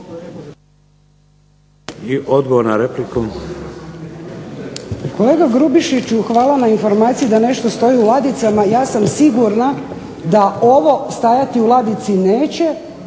Suzana (HDZ)** Kolega Grubišić hvala na informaciji da nešto stoji u ladicama, ja sam sigurna da ovo stajati u ladici neće